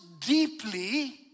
deeply